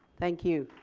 thank you.